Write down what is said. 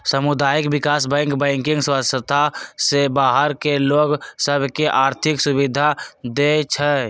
सामुदायिक विकास bank banking व्यवस्था से बाहर के लोग सभ के आर्थिक सुभिधा देँइ छै